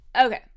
Okay